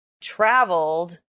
traveled